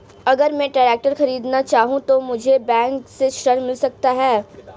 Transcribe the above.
अगर मैं ट्रैक्टर खरीदना चाहूं तो मुझे बैंक से ऋण मिल सकता है?